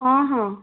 ହଁ ହଁ